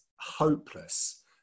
hopeless